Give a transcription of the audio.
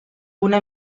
una